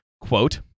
quote